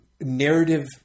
narrative